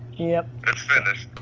yep. it's finished.